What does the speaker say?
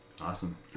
Awesome